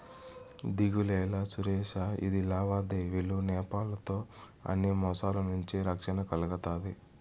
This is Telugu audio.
దిగులేలా సురేషా, ఇది లావాదేవీలు పేపాల్ తో అన్ని మోసాల నుంచి రక్షణ కల్గతాది